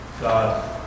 God